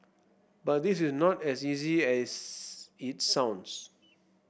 but this is not as easy as it sounds